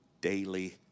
daily